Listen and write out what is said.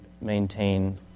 maintain